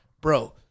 bro